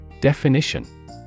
Definition